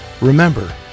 Remember